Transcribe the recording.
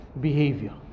behavior